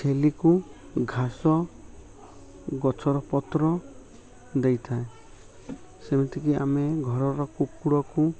ଛେଳିକୁ ଘାସ ଗଛର ପତ୍ର ଦେଇଥାଏ ସେମିତିକି ଆମେ ଘରର କୁକୁରକୁ